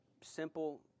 simple